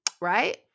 Right